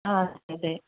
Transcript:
ആ അതെ